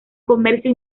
comercio